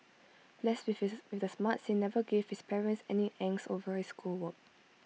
blessed with the smarts he never gave his parents any angst over his schoolwork